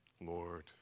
Lord